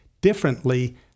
differently